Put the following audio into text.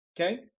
Okay